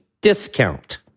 discount